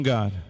God